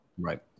right